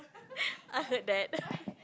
I heard that